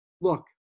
look